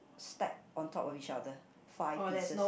stack on top of each other five pieces